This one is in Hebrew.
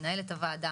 מנהלת הוועדה,